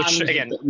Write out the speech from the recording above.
again